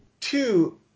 two